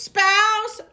Spouse